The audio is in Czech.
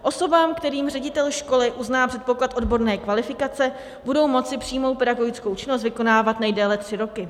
Osoby, kterým ředitel školy uzná předpoklad odborné kvalifikace, budou moci přímou pedagogickou činnost vykonávat nejdéle tři roky.